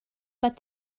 but